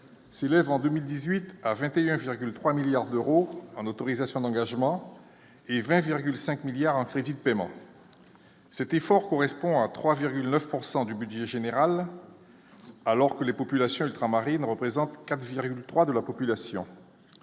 s'élève en 2018 à 21,3 milliards d'euros en autorisation d'engagement et 20,5 milliards en crédits de paiement cet effort correspond à 3,9 pourcent du budget général, alors que les populations ultramarines représente 4,3 de la population,